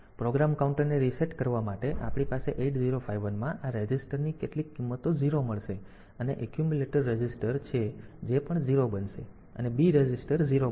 programme counter ને reset કરવા માટે આપણી પાસે 8051 માં આ રેઝિસ્ટર ની કેટલીક કિંમતો 0 મળશે અને એક્યુમ્યુલેટર રેઝિસ્ટર છે જે પણ 0 બનશે અને B રેઝિસ્ટર 0 બનશે